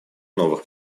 новых